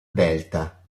delta